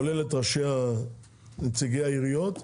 כולל את נציגי העיריות,